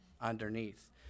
underneath